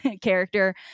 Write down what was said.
character